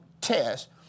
test